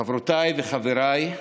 חברותיי וחבריי,